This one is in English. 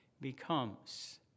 becomes